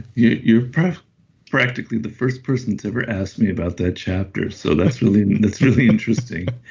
you're practically the first person that's ever asked me about that chapter, so that's really that's really interesting.